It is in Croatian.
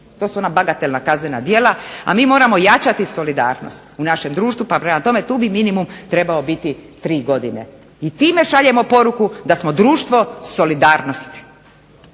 To su ona bagatelna kaznena djela, a mi moramo jačati solidarnost u našem društvu, pa prema tome tu bi minimum trebao biti tri godine. I time šaljemo poruku da smo društvo solidarnosti.